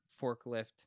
forklift